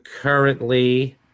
currently